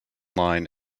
line